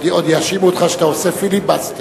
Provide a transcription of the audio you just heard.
עוד יאשימו אותך שאתה עושה פיליבסטר.